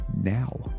now